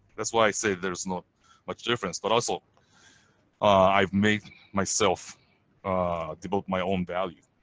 that's why i say there is not much difference, but also i've made myself devote my own value.